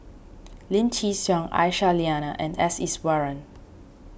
Lim Chin Siong Aisyah Lyana and S Iswaran